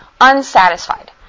unsatisfied